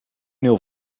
nul